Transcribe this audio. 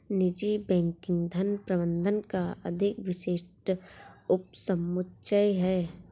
निजी बैंकिंग धन प्रबंधन का अधिक विशिष्ट उपसमुच्चय है